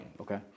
Okay